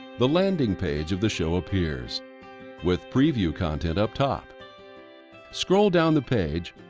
the landing page of the show appears with preview content up top scroll down the page.